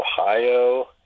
Ohio